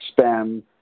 spam